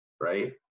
Right